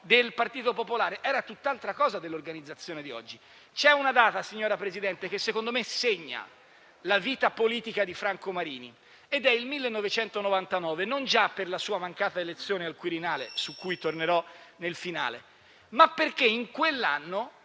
del Partito Popolare, erano tutt'altra cosa rispetto all'organizzazione di oggi. C'è una data, signor Presidente, che secondo me segna la vita politica di Franco Marini ed è il 1999, non già per la sua mancata elezione al Quirinale, su cui tornerò nel finale, ma perché in quell'anno